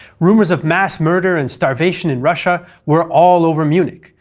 rumours of mass murder and starvation in russia were all over munich,